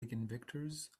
eigenvectors